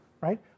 right